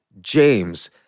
James